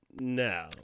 No